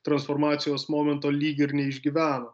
transformacijos momento lyg ir neišgyveno